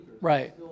right